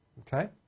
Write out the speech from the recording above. okay